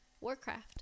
Warcraft